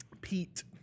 Pete